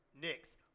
Knicks